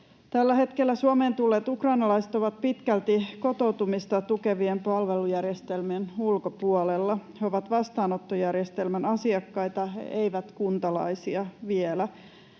Tällä hetkellä Suomeen tulleet ukrainalaiset ovat pitkälti kotoutumista tukevien palvelujärjestelmien ulkopuolella. He ovat vastaanottojärjestelmän asiakkaita, eivät kuntalaisia vielä.